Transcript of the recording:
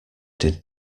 did